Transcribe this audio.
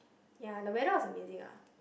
ya the weather was amazing lah